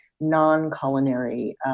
non-culinary